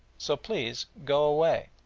so please go away.